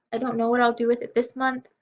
i don't know what i'll do with it this month,